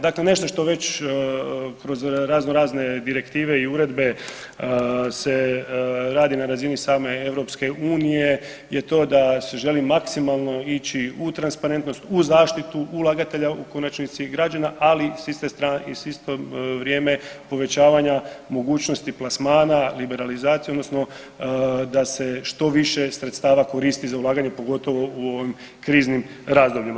Dakle, nešto što već kroz razno razne direktive i uredbe se radi na razini same EU je to da se želi maksimalno ići u transparentnost u zaštitu ulagatelja u konačnici i građana, ali s iste strane i s isto vrijeme povećavanja mogućnosti plasmana, liberalizacije odnosno da se što više sredstava koristi za ulaganje pogotovo u ovim kriznim razdobljima.